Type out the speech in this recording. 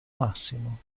massimo